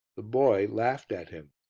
the boy laughed at him.